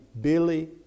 Billy